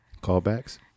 Callbacks